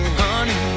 honey